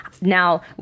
Now